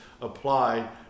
apply